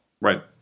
Right